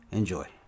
Enjoy